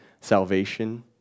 salvation